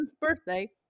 birthday